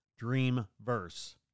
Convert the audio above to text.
Dreamverse